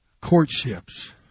courtships